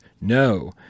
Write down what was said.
No